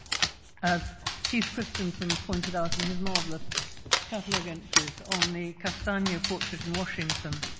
as keith christiansen's pointed out in his marvelous catalog entries on the castagna portrait in washington,